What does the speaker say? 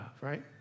right